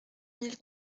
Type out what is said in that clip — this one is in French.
mille